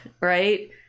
right